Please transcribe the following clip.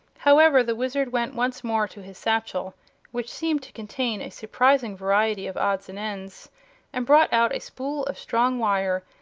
however, the wizard went once more to his satchel which seemed to contain a surprising variety of odds and ends and brought out a spool of strong wire,